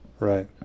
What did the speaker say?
right